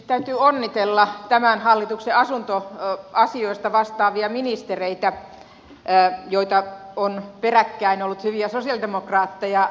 täytyy onnitella tämän hallituksen asuntoasioista vastaavia ministereitä joita on peräkkäin ollut hyviä sosiaalidemokraatteja